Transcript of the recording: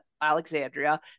Alexandria